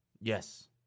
Yes